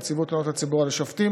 נציבות תלונות הציבור על שופטים,